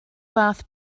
fath